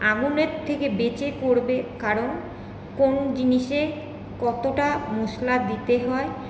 আগুনের থেকে বেঁচে করবে কারণ কোন জিনিসে কতটা মশলা দিতে হয়